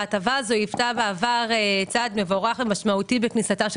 ההטבה הזו היוותה בעבר צעד מבורך ומשמעותי בכניסתם של